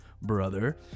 brother